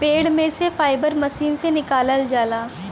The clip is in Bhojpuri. पेड़ में से फाइबर मशीन से निकालल जाला